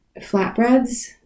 flatbreads